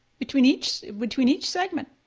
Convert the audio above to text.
between each between each segment.